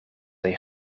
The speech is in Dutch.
een